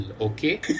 okay